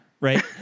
Right